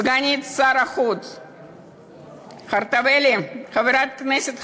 סגנית שר החוץ חרטובלי, חברת הכנסת חרטובלי,